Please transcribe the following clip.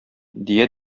дия